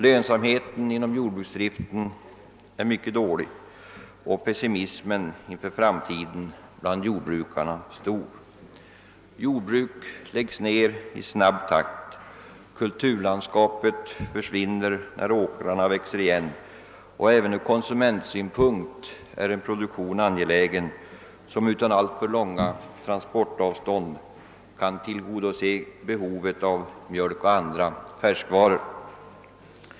Lönsamheten inom jordbruksdriften är mycket dålig, och pessimismen inför framtiden är stor bland jordbrukarna. Jordbruk läggs ned i snabb takt. Kulturlandskapet försvinner när åkrarna växer igen, och även från konsumentsynpunkt är det angeläget att vi får en produktion som utan alltför långa transportavstånd kan tillgodose behovet av mjölk och andra färskvaror.